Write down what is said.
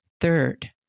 Third